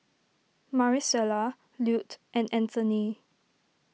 Marisela Lute and Anthony